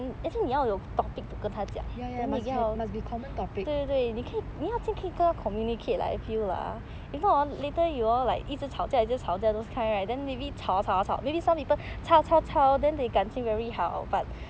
ya must must be common topic